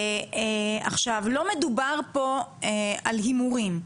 לא מדובר פה על הימורים.